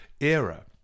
era